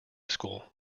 school